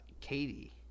Katie